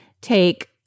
take